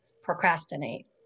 procrastinate